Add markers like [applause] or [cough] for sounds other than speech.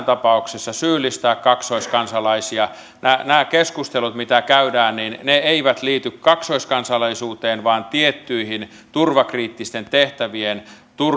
[unintelligible] tapauksessa syyllistää kaksoiskansalaisia nämä nämä keskustelut mitä käydään eivät liity kaksoiskansalaisuuteen vaan tiettyihin turvakriittisten tehtävien